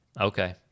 Okay